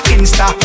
Insta